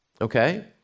okay